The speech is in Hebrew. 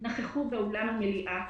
נכחו באולם המליאה.